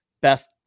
best